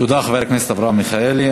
תודה, חבר הכנסת אברהם מיכאלי.